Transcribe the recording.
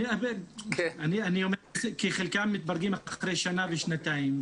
כי חלקם מתברגים אחרי שנה ושנתיים.